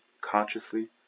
consciously